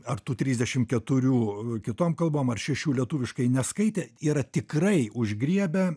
ar tų trisdešimt keturių kitom kalbom ar šešių lietuviškai neskaitę yra tikrai užgriebę